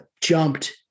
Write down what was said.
jumped